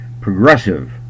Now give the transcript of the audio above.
progressive